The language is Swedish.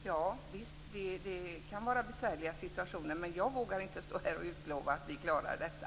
Fru talman! Ja, det kan vara fråga om besvärliga situationer, men jag vågar inte stå här i dag och utlova att vi klarar detta.